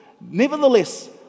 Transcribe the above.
Nevertheless